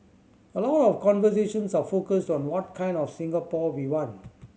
a lot of conversations are focused on what kind of Singapore we want